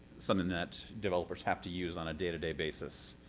something that developers have to use on a day-to-day basis